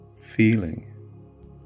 feeling